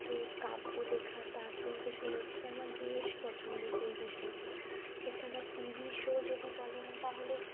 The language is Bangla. যে কাব্য লেখা তা কিন্তু শুনেছি আমার বেশ পছন্দ সেই বিষয়টি এছাড়া টিভি শো যদি বলেন তাহলে